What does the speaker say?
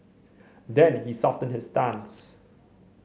then he softened his stance